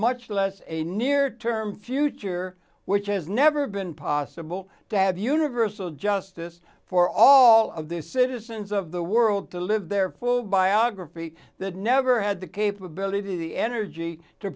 much less a near term future which has never been possible to have universal justice for all of the citizens of the world to live their full biography that never had the capability the energy to